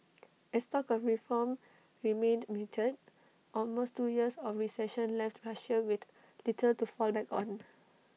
as talk of reform remained muted almost two years of recession left Russia with little to fall back on